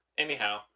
Anyhow